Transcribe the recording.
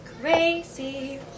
Crazy